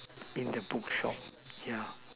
in the book shop yeah